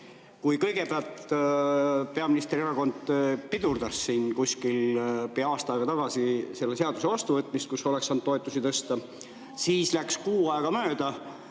Kõigepealt peaministri erakond pidurdas siin pea aasta aega tagasi selle seaduse vastuvõtmist, kus oleks saanud toetusi tõsta. Siis läks kuu aega mööda